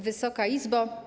Wysoka Izbo!